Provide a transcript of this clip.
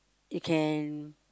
you can